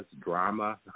drama